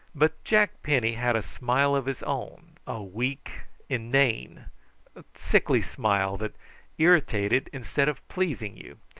but jack penny had a smile of his own, a weak inane sickly smile that irritated instead of pleasing you,